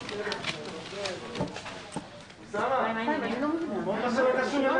הישיבה ננעלה בשעה 11:18.